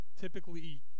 typically